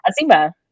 Azima